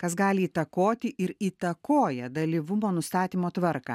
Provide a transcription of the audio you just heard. kas gali įtakoti ir įtakoja dalyvumo nustatymo tvarką